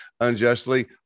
unjustly